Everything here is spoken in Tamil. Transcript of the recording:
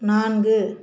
நான்கு